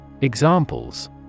Examples